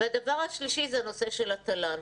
הדבר השלישי הוא נושא התל"ן.